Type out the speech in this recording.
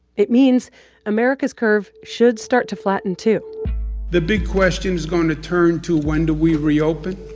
it means america's curve should start to flatten, too the big question is going to turn to when do we reopen,